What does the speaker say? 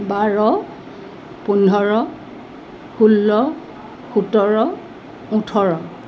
বাৰ পোন্ধৰ ষোল্ল সোতৰ ওঠৰ